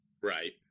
Right